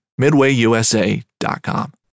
MidwayUSA.com